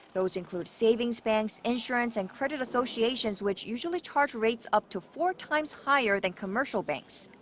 those include savings banks, insurance and credit associations, which usually charge rates up to four times higher than commercial banks.